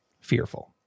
fearful